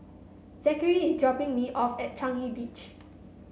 Zackary is dropping me off at Changi Beach